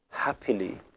happily